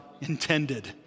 intended